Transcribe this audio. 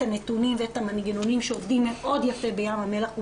הנתונים ואת המנגנונים שעובדים מאוד יפה בים המלח ובאילת.